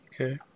Okay